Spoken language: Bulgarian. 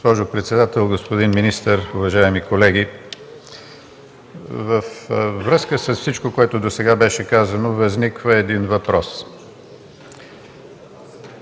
Госпожо председател, господин министър, уважаеми колеги! Във връзка с всичко, което досега беше казано, възниква един въпрос: